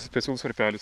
specialus varpelis